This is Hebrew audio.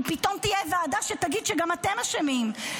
אם פתאום תהיה ועדה שתגיד שגם אתם אשמים,